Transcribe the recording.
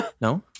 No